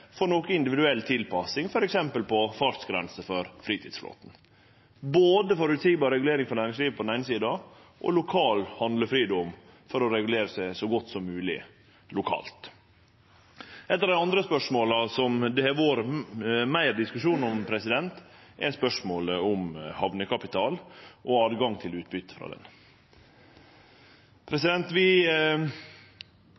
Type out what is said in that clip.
for noko individuell tilpassing, f.eks. på fartsgrense for fritidsflåten – altså både føreseieleg regulering for næringslivet og lokal handlefridom for å regulere så godt som mogleg lokalt. Eit anna spørsmål som det har vore meir diskusjon om, gjeld hamnekapital og tilgang til utbytte. Om